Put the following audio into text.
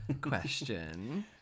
question